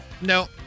No